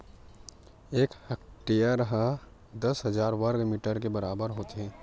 एक हेक्टेअर हा दस हजार वर्ग मीटर के बराबर होथे